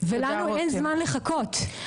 לנו אין זמן לחכות.